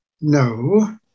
no